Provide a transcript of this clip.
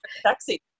sexy